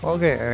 Okay